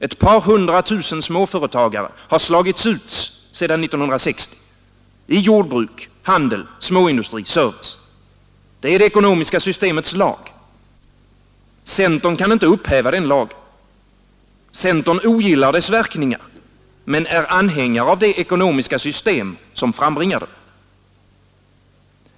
Ett par hundratusen småföretagare har slagits ut sedan 1960 — i jordbruk, handel, småindustri, service. Det är det ekonomiska systemets lag. Centern kan inte upphäva den lagen. Centern ogillar dess verkningar men är anhängare av det ekonomiska system som frambringar den.